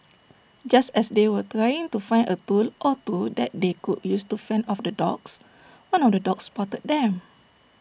just as they were trying to find A tool or two that they could use to fend off the dogs one of the dogs spotted them